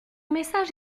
message